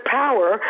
power